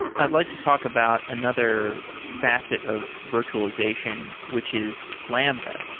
i'd like to talk about another facet of virtualization, which is lambda.